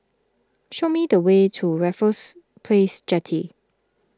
show me the way to Raffles Place Jetty